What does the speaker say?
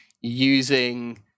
using